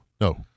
No